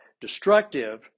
destructive